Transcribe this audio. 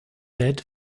bed